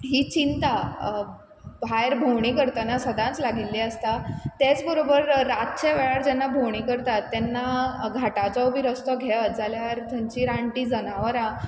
ही चिंता भायर भोंवणी करतना सदांच लागिल्ली आसता तेच बरोबर रातचे वेळार जेन्ना भोंवणी करतात तेन्ना घाटाचो बी रस्तो घेयत जाल्यार थंयचीं रानटीं जनावरां